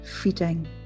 feeding